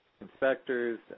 inspectors